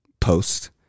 post